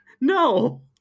No